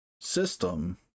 system